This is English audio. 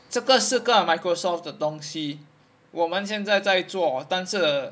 这个是个 microsoft 的东西我们现在在做但是